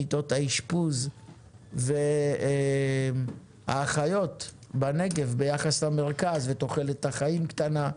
מיטות האשפוז ומספר האחיות ותוחלת החיים קטנה יותר.